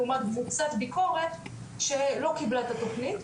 לעומת קבוצת ביקורת שלא קיבלה את התוכנית,